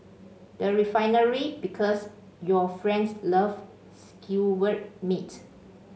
the Refinery Because your friends love skewered meat